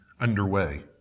underway